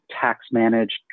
tax-managed